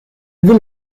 will